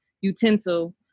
utensil